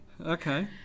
Okay